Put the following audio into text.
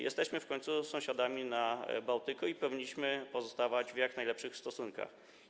Jesteśmy w końcu sąsiadami na Bałtyku i powinniśmy pozostawać w jak najlepszych stosunkach.